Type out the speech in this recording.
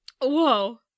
Whoa